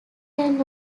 can